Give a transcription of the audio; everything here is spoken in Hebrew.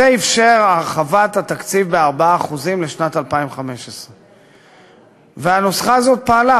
זה אפשר את הרחבת התקציב ב-4% לשנת 2015. והנוסחה הזאת פעלה,